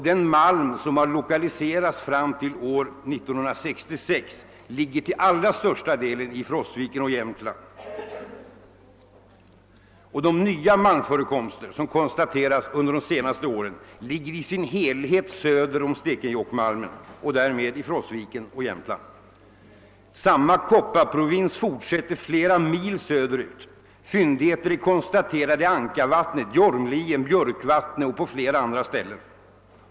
Den malm som har lokaliserats fram till år 1966 ligger till allra största delen i Frostviken och därmed i Jämtland. De nya malmförekomster som konstaterats under de senaste åren ligger i sin helhet söder om Stekenjokkmalmen och därmed i Frostviken och Jämtland. Samma :kopparfyndigheter fortsätter flera mil söderut. Fyndigheter är konstaterade i Ankarvattnet, Jormlien, Björkvattnet och på flera andra ställen.